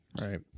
Right